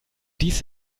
dies